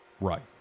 Right